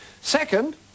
Second